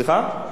סליחה?